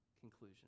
conclusion